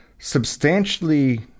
substantially